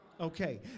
Okay